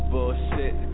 Bullshit